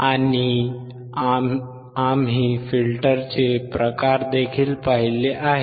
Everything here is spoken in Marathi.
आणि आम्ही फिल्टरचे प्रकार देखील पाहिले आहेत